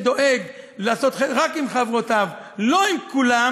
מי שדואג לעשות חסד רק עם חברותיו, לא עם כולם,